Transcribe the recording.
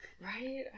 Right